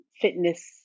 fitness